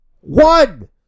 One